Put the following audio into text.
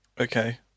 Okay